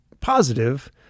positive